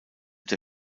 der